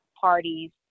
parties